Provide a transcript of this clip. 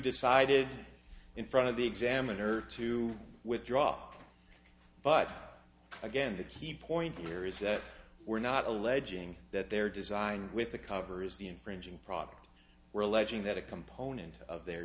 decided in front of the examiner to withdraw but again the key point here is that we're not alleging that they're designed with the cover is the infringing product we're alleging that a component of their